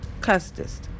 Custis